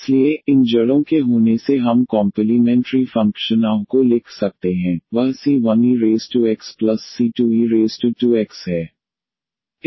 इसलिए इन जड़ों के होने से हम कॉम्पलीमेंट्री फ़ंक्शन आह को लिख सकते हैं वह c1exc2e2x है